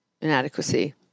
Inadequacy